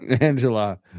angela